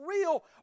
real